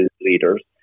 leaders